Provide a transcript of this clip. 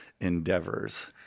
endeavors